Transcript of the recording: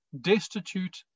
destitute